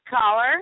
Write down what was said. caller